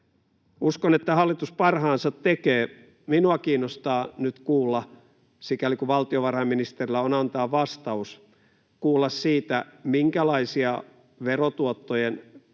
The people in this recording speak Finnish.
Uskon, että hallitus parhaansa tekee. Minua kiinnostaa nyt kuulla, sikäli kun valtiovarainministerillä on antaa vastaus, siitä, minkälaisia verotuottojen